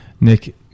Nick